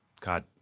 god